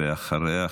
ואחריה,